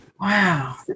Wow